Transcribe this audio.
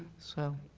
so